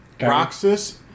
Roxas